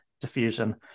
diffusion